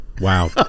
Wow